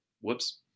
whoops